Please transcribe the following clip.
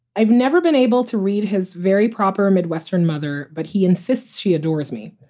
i've never been able to read his very proper midwestern mother, but he insists she adores me.